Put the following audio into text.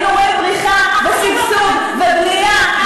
היינו רואים פריחה ושגשוג ובנייה.